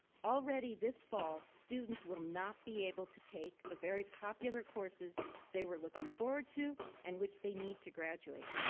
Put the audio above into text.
already this fall students will not be able to take the very popular courses they were looking forward to and which they need to graduate.